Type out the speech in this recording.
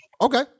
Okay